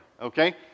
Okay